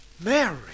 Mary